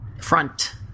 front